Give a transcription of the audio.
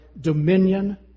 dominion